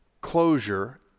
closure